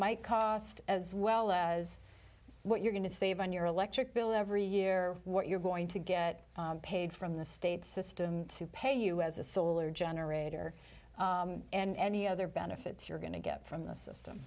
might cost as well as what you're going to save on your electric bill every year what you're going to get paid from the state system to pay you as a solar generator and any other benefits you're going to get from the system